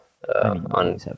On